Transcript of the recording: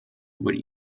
would